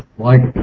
like,